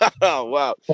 Wow